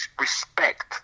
respect